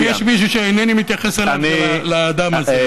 אם יש מישהו שאינני מתייחס אליו זה לאדם הזה.